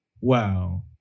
Wow